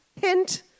Hint